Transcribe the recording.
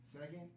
Second